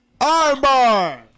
Armbar